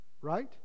right